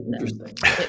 interesting